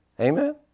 Amen